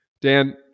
Dan